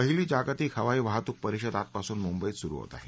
पहिली जागतिक हवाई वाहतूक परिषद आजपासून मुंबईत सुरु होत आहे